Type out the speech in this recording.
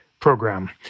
program